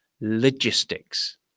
logistics